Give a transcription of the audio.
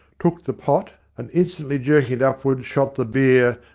took the pot, and instantly jerking it upward, shot the beer,